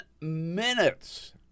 minutes